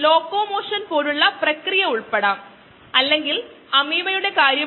ലാക്ടോസിനേക്കാൾ glucose തിരഞ്ഞെടുത്ത് അതാകും ആദ്യം എടുക്കുന്നത്